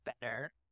better